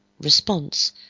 response